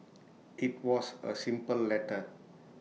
IT was A simple letter